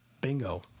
Bingo